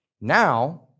Now